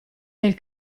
del